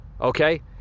okay